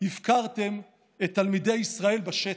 הפקרתם את תלמידי ישראל בשטח.